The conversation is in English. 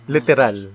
Literal